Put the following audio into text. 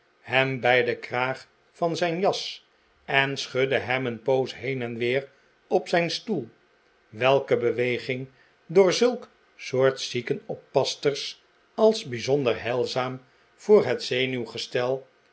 hem bij den kraag van zijn jas en schudde hem een poos heen en weer op zijn stoel welke beweging door zulk soort ziekenoppassters als bijzonder heilzaam voor het zenuwgestel